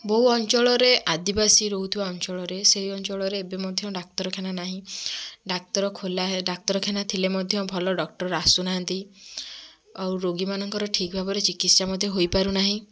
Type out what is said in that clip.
ବହୁ ଅଞ୍ଚଳରେ ଆଦିବାସୀ ରହୁଥିବା ଅଞ୍ଚଳରେ ସେ ଅଞ୍ଚଳରେ ଏବେ ମଧ୍ୟ ଡାକ୍ତରଖାନା ନାହିଁ ଡାକ୍ତର ଖୋଲା ହେ ଡାକ୍ତରଖାନା ଥିଲେ ମଧ୍ୟ ଭଲ ଡକ୍ଟର୍ ଆସୁନାହାଁନ୍ତି ଆଉ ରୋଗୀମାନଙ୍କର ଠିକ୍ ଭାବରେ ଚିକିତ୍ସା ମଧ୍ୟ ହୋଇପାରୁନାହିଁ